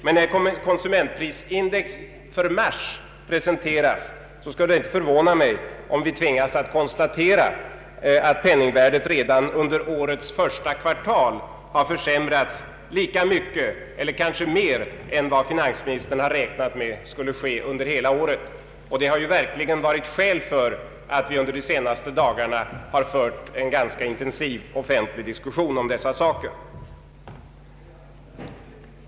Men när konsumentprisindex för mars presenteras, skulle det inte förvåna mig om vi tvingas konstatera att penningvärdet redan under årets första kvartal försämrats lika mycket som, eller kanske mer än vad finansministern räknat med för hela året. Det har verkligen funnits skäl, när vi under de senaste dagarna fört en ganska intensiv offentlig diskussion om dessa saker.